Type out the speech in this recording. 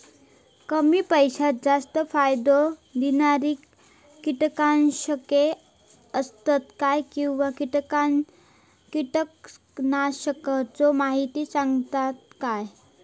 कमी पैशात जास्त फायदो दिणारी किटकनाशके आसत काय किंवा कीटकनाशकाचो माहिती सांगतात काय?